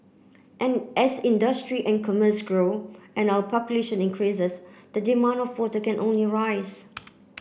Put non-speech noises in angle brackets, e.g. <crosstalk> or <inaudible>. <unintelligible> as industry and commerce grow and our population increases the demand for water can only rise